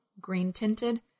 green-tinted